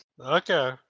Okay